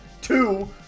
Two